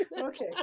Okay